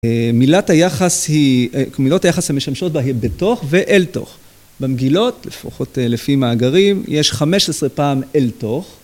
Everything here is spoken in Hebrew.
מילת היחס היא, מילות היחס המשמשות בה היא בתוך ואל תוך, במגילות לפחות לפי מאגרים יש 15 פעם אל תוך